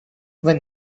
when